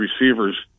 receivers